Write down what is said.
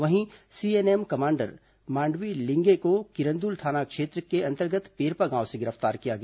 वहीं CN KMS M commander Madvi Linge को किरंदुल थाना क्षेत्र के अंतर्गत पेरपा गांव से गिरफ्तार किया गया